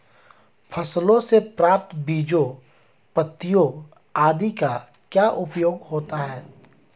फसलों से प्राप्त बीजों पत्तियों आदि का क्या उपयोग होता है?